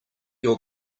your